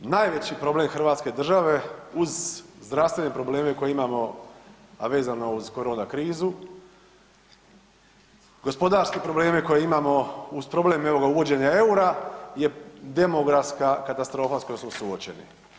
Najveći problem hrvatske države, uz zdravstvene probleme koje imamo, a vezano uz korona krizu, gospodarske probleme koje imamo uz problem, evo ga, uvođenja eura, je demografska katastrofa s kojom smo suočeni.